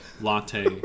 Latte